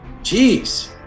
Jeez